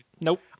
Nope